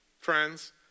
friends